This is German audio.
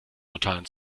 totalen